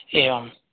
एवं